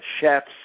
chefs